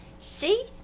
See